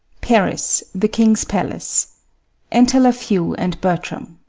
paris. the king's palace enter lafeu and bertram